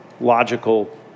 logical